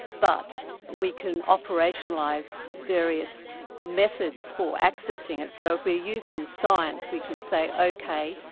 but we can operationalise various methods for accessing it, so if we're using science, we can say ok,